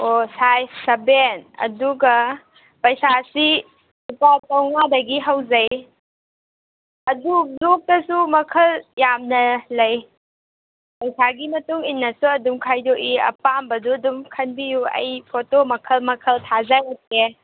ꯑꯣ ꯁꯥꯏꯖ ꯁꯕꯦꯟ ꯑꯗꯨꯒ ꯄꯩꯁꯥꯁꯤ ꯂꯨꯄꯥ ꯆꯥꯝꯃꯉꯥꯗꯒꯤ ꯍꯧꯖꯩ ꯑꯗꯨ ꯕ꯭ꯂꯣꯛꯇꯁꯨ ꯃꯈꯜ ꯌꯥꯝꯅ ꯂꯩ ꯄꯩꯁꯥꯒꯤ ꯃꯇꯨꯡꯏꯟꯅꯁꯨ ꯑꯗꯨꯝ ꯈꯥꯏꯗꯣꯛꯏ ꯑꯄꯥꯝꯕꯗꯨ ꯑꯗꯨꯝ ꯈꯟꯕꯤꯌꯨ ꯑꯩ ꯐꯣꯇꯣ ꯃꯈꯜ ꯃꯈꯜ ꯊꯥꯖꯔꯛꯀꯦ